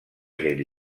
gent